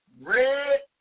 Red